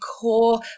core